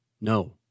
No